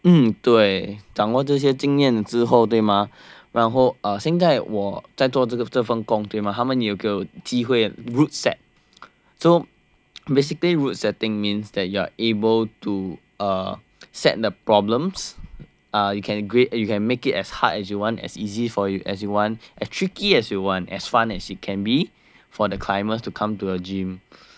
嗯对掌握这些经验之后对吗然后现在我在做这个这份工对吗他们也有给我机会 route set so basically route setting means that you are able to uh set the problems uh you can grade you can make it as hard as you want as easy for you as you want as tricky as you want as fun as it can be for the climbers to come to a gym